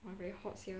!wah! very hot sia